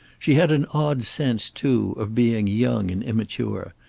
she had an odd sense, too, of being young and immature,